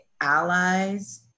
allies